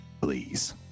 please